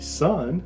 son